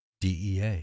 DEA